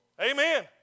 Amen